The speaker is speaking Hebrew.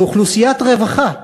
כאוכלוסיית רווחה.